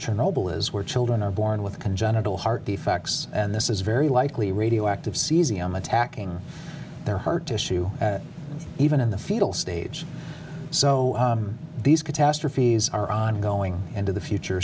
chernobyl is where children are born with congenital heart defects and this is very likely radioactive cesium attacking their heart tissue even in the fetal stage so these catastrophes are ongoing and of the future